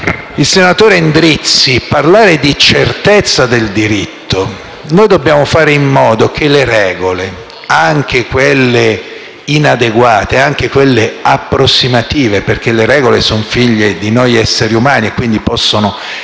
il senatore Endrizzi, parlare di certezza del diritto, dobbiamo fare in modo che le regole, anche quelle inadeguate e approssimative (perché le regole sono figlie di noi essere umani e quindi sovente possono essere